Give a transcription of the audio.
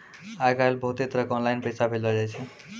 आय काइल बहुते तरह आनलाईन पैसा भेजलो जाय छै